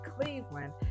Cleveland